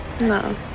No